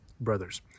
brothers